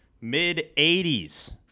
mid-80s